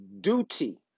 Duty